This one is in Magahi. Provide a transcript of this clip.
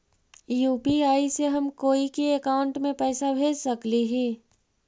यु.पी.आई से हम कोई के अकाउंट में पैसा भेज सकली ही?